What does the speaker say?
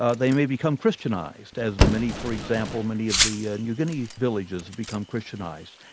ah they may become christianised, as many for example, many of the new guinea villagers have become christianised.